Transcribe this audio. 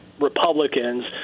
Republicans